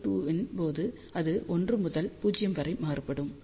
n 2 ன் போது அது 1 முதல் 0 வரை மாறுபடும்